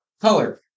color